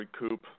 recoup